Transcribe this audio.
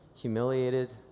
humiliated